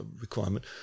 requirement